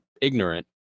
ignorant